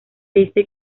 dice